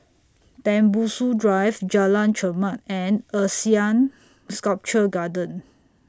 Tembusu Drive Jalan Chermat and Asean Sculpture Garden